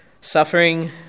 Suffering